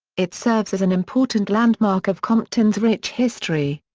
it serves as an important landmark of compton's rich history.